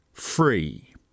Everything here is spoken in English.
Free